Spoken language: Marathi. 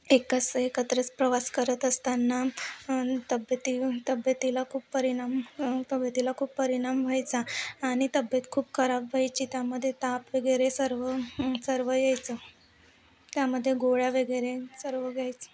एकच एकत्रच प्रवास करत असताना तब्येती तब्येतीला खूप परिणाम तब्बेतीला खूप परिणाम व्हायचा आणि तब्येत खूप खराब व्हायची त्यामध्ये ताप वगैरे सर्व सर्व यायचं त्यामध्ये गोळ्या वगैरे सर्व घ्यायचं